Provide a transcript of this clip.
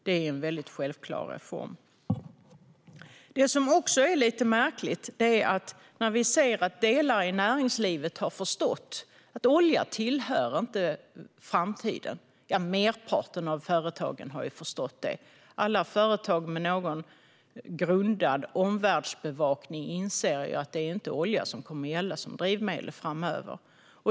Det finns något annat där vi inte är överens som också är lite märkligt. Vi ser att delar av näringslivet - eller merparten av företagen - har förstått att olja inte tillhör framtiden. Alla företag med någon sorts grundad omvärldsbevakning inser att det inte är olja som kommer att gälla som drivmedel framöver.